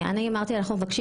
אני אמרתי שאנחנו מבקשים